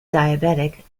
diabetic